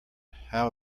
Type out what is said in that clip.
how